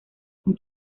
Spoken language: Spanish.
con